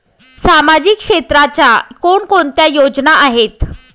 सामाजिक क्षेत्राच्या कोणकोणत्या योजना आहेत?